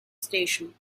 station